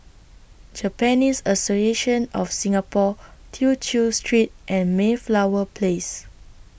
Japanese Association of Singapore Tew Chew Street and Mayflower Place